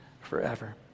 forever